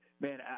man